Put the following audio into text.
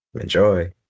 Enjoy